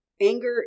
Anger